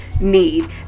need